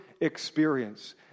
experience